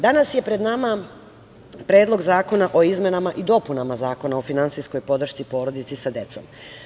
Danas je pred nama Predlog zakona o izmenama i dopunama Zakona o finansijskoj podršci porodici sa decom.